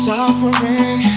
Suffering